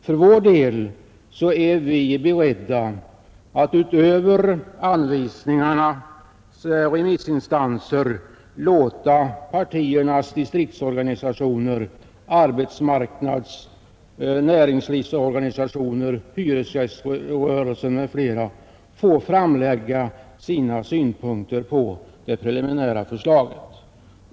För vår del är vi beredda att utöver anvisningarnas remissinstanser låta partiernas distriktsorganisationer, arbetsmarknadsoch näringslivsorganisationer, hyresgäströrelsen, m.fl. framlägga sina synpunkter på det preliminära förslaget.